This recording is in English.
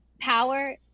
power